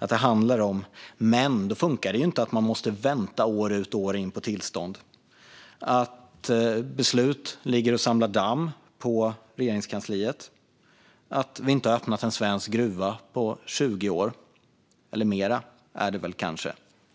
att det handlar om. Men då funkar det inte att man måste vänta år ut och år in på tillstånd, att beslut ligger och samlar damm på Regeringskansliet och att vi inte har öppnat en svensk gruva på 20 år eller kanske mer.